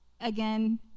again